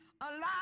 alive